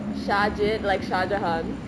sharget like shah jahan